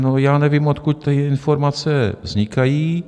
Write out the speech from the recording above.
No, já nevím, odkud ty informace vznikají.